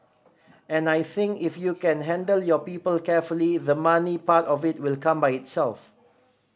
and I think if you can handle your people carefully the money part of it will come by itself